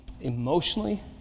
emotionally